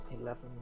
Eleven